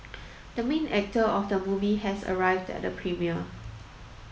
the main actor of the movie has arrived at the premiere